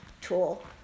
tool